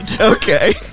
okay